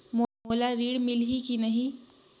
मोला ऋण मिलही की नहीं?